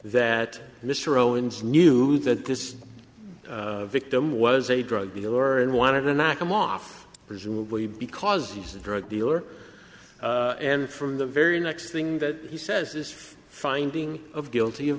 that mr owens knew that this victim was a drug dealer and wanted to knock him off presumably because he's a drug dealer and from the very next thing that he says is finding of guilty of